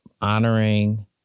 honoring